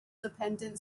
dependent